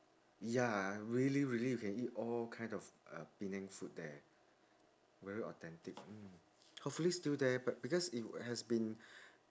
ya really really you can eat all kinds of uh penang food there very authentic mm hopefully still there but because it has been